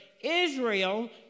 Israel